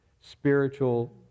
Spiritual